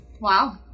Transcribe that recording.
Wow